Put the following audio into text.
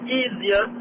easier